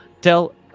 tell